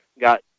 got